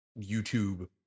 YouTube